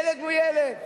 ילד הוא ילד,